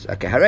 Okay